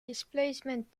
displacement